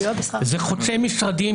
זה חוצה משרדים.